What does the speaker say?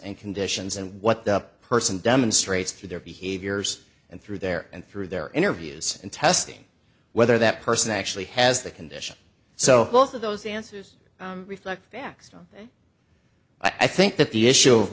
and conditions and what the person demonstrates through their behaviors and through their and through their interviews and testing whether that person actually has the condition so both of those answers reflect back so i think that the issue of